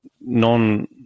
non-